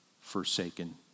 forsaken